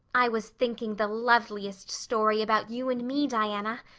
i was thinking the loveliest story about you and me, diana.